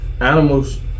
animals